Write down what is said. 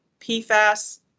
PFAS